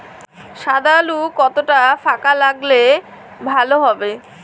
সাদা আলু কতটা ফাকা লাগলে ভালো হবে?